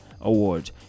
award